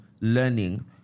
learning